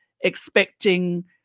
expecting